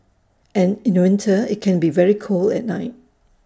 and in winter IT can be very cold at night